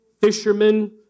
fishermen